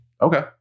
Okay